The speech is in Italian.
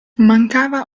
mancava